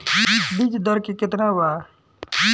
बीज दर केतना वा?